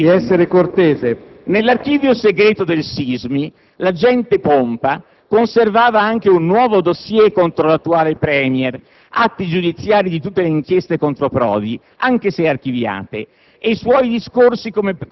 Sul «Corriere della Sera» di oggi si legge: «Nell'archivio segreto del Sismi l'agente Pompa conservava anche un nuovo dossier contro l'attuale premier: atti giudiziari di tutte le inchieste contro Prodi,